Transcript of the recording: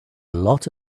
lot